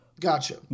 Gotcha